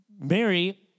Mary